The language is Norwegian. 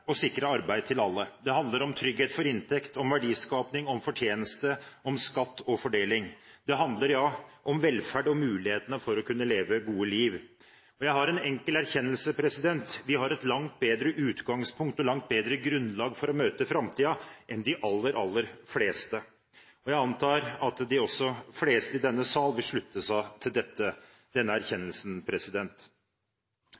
å sikre arbeid til alle. Det handler om trygghet for inntekt, om verdiskaping, om fortjeneste, om skatt og fordeling. Det handler om velferd og mulighetene for å kunne leve gode liv. Jeg har en enkel erkjennelse: Vi har et langt bedre utgangspunkt, og langt bedre grunnlag, for å møte framtiden enn de aller, aller fleste. Jeg antar at de fleste i denne sal vil slutte seg til denne